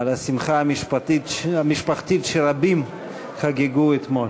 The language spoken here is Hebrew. על השמחה המשפחתית שרבים חגגו אתמול.